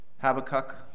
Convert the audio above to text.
Habakkuk